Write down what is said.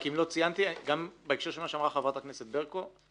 רק אם לא ציינתי גם בהקשר של מה שאמרה חברת הכנסת ברקו,